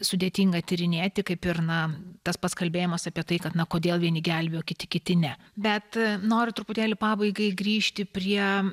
sudėtinga tyrinėti kaip ir na tas pats kalbėjimas apie tai kad na kodėl vieni gelbėjo kiti kiti ne bet noriu truputėlį pabaigai grįžti prie